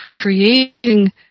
creating